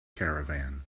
caravan